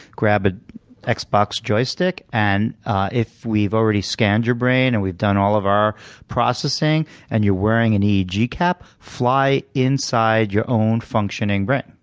grab ah an xbox joystick, and if we've already scanned your brain and we've done all of our processing and you're wearing an eeg cap, fly inside your own functioning brain,